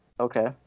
Okay